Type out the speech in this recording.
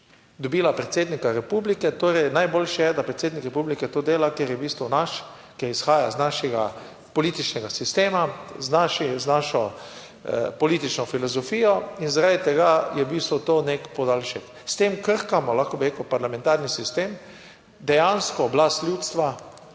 dobila predsednika republike, torej najboljše je, da predsednik republike to dela, ker je v bistvu naš, ker izhaja iz našega političnega sistema. z našim, z našo, politično filozofijo in zaradi tega je v bistvu to nek podaljšek. S tem krhamo, lahko bi rekel, parlamentarni sistem, dejansko oblast ljudstva